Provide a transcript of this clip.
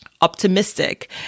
optimistic